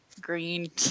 green